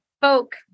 folk